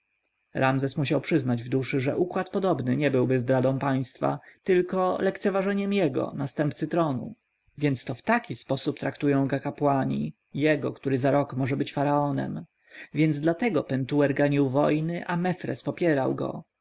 ramzes musiał przyznać w duszy że układ podobny nie byłby zdradą państwa tylko lekceważeniem jego następcy tronu więc to w taki sposób traktują go kapłani jego który za rok może być faraonem więc dlatego pentuer ganił wojny a mefres popierał go